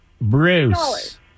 Bruce